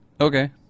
Okay